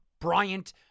Bryant